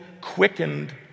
quickened